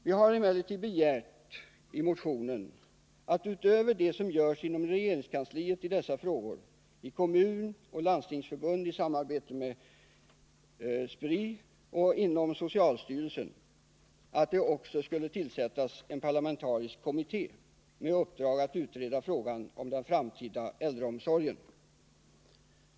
Vi begär emellertid i en motion att det, utöver vad som görs inom regeringskansliet i dessa frågor, i Kommunförbundet och Landstingsförbundet i samarbete med Spri samt inom socialstyrelsen, skall tillsättas en parlamentarisk kommitté med uppdrag att utreda frågan om den framtida äldreomsorgen.